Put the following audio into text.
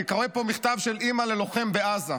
אני קורא פה מכתב של אימא ללוחם בעזה.